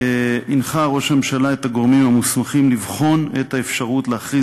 הנחה ראש הממשלה את הגורמים המוסמכים לבחון את האפשרות להכריז